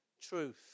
truth